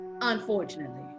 unfortunately